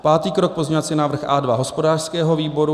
Pátý krok pozměňovací návrh A2 hospodářského výboru.